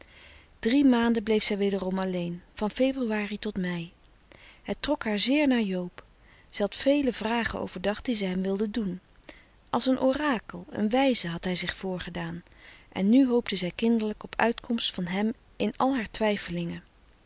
drie maanden bleef zij wederom alleen van februari tot mei het trok haar zeer naar joob zij had vele vragen overdacht die zij hem wilde doen als een orakel een wijze had hij zich voorgedaan en nu hoopte zij kinderlijk op uitkomst van hem in al haar